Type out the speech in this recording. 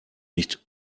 nicht